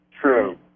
true